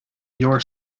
your